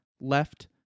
Left